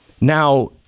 Now